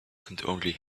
could